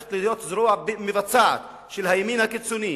הופכת להיות זרוע מבצעת של הימין הקיצוני,